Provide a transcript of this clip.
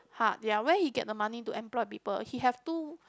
hard ya where he get the money to employ people he have two